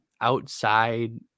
outside